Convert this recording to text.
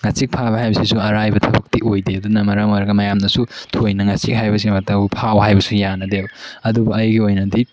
ꯉꯥꯆꯤꯛ ꯐꯥꯕ ꯍꯥꯏꯕꯁꯤꯁꯨ ꯑꯔꯥꯏꯕ ꯊꯕꯛꯇꯤ ꯑꯣꯏꯗꯦ ꯑꯗꯨꯅ ꯃꯔꯝ ꯑꯣꯏꯔꯒ ꯃꯌꯥꯝꯅꯁꯨ ꯊꯣꯏꯅ ꯉꯥꯆꯤꯛ ꯍꯥꯏꯕꯁꯤꯃꯛꯇꯕꯨ ꯐꯥꯎ ꯍꯥꯏꯕꯁꯨ ꯌꯥꯅꯗꯦꯕ ꯑꯗꯨꯕꯨ ꯑꯩꯒꯤ ꯑꯣꯏꯅꯗꯤ